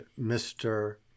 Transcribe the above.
Mr